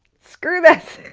screw this,